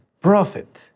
profit